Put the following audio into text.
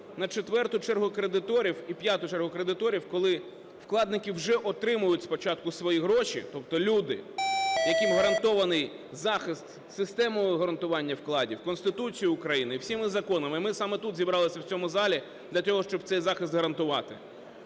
на четверту чергу кредиторів і п'яту чергу кредиторів. Коли вкладники вже отримують спочатку свої гроші, тобто люди, яким гарантований захист системою гарантування вкладів, Конституцією України і всіма законами. Ми саме тут зібрались, в цьому залі, для того, щоб цей захист гарантувати.